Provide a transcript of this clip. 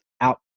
out